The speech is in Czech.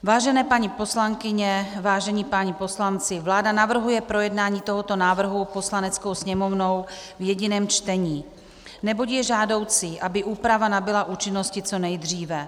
Vážené paní poslankyně, vážení páni poslanci, vláda navrhuje projednání tohoto návrhu Poslaneckou sněmovnou v jediném čtení, neboť je žádoucí, aby úprava nabyla účinnosti co nejdříve.